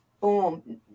boom